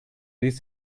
ließ